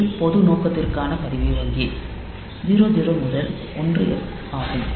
இது பொது நோக்கத்திற்கான பதிவு வங்கி 00 முதல் 1F ஆகும்